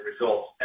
results